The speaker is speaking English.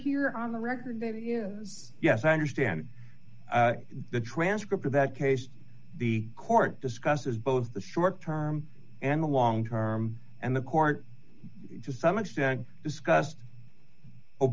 here on the record that is yes i understand the transcript of that case the court discusses both the short term and the long term and the court to some extent discussed oh